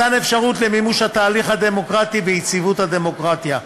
מתן אפשרות למימוש התהליך הדמוקרטי ויציבות הדמוקרטיה.